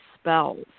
spells